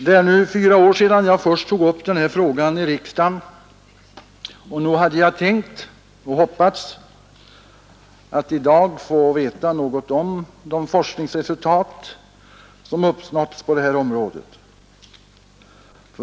Det är nu fyra år sedan jag först tog upp den här frågan i riksdagen, och nog hade jag tänkt och hoppats att i dag få veta något om de forskningsresultat som uppnåtts på detta område.